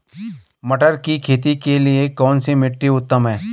मटर की खेती के लिए कौन सी मिट्टी उत्तम है?